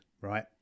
right